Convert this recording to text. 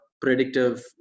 predictive